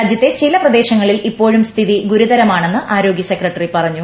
രാജ്യത്തെ ചില പ്രദേശങ്ങളിൽ ഇപ്പോഴും സ്ഥിതി ഗുരുതരമാണെന്ന് ആരോഗ്യസെക്രട്ടറി പറഞ്ഞു